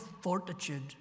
fortitude